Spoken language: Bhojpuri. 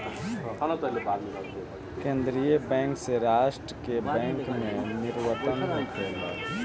केंद्रीय बैंक से राष्ट्र के बैंक के निवर्तन होखेला